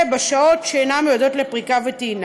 רק בשעות שאינן מיועדות לפריקה ולטעינה.